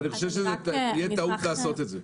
אני חושב שזו תהיה טעות לעשות את זה.